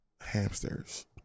hamsters